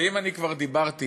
ואם כבר דיברתי